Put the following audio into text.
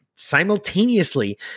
simultaneously